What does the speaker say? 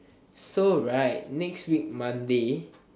so right next week monday